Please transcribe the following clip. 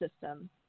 system